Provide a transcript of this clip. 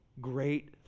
great